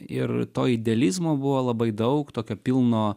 ir to idealizmo buvo labai daug tokio pilno